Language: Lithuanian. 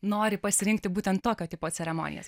nori pasirinkti būtent tokio tipo ceremonijas